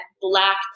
black